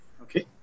Okay